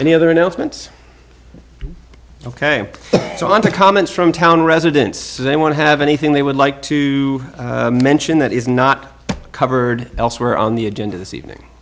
the other announcements ok so on to comments from town residents they want to have anything they would like to mention that is not covered elsewhere on the agenda this evening